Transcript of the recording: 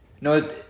No